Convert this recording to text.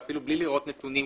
ואפילו בלי לראות נתונים,